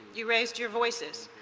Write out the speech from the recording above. you raised your voices,